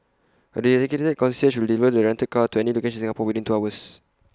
A dedicated concierge will deliver the rented car to any location in Singapore within two hours